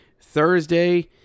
Thursday